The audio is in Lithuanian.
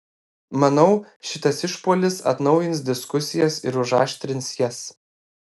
manau šitas išpuolis atnaujins diskusijas ir užaštrins jas